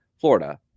Florida